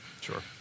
Sure